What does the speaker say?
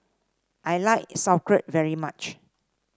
I like Sauerkraut very much